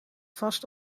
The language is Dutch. vast